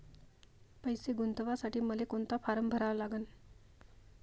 पैसे गुंतवासाठी मले कोंता फारम भरा लागन?